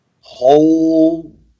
whole